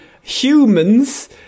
humans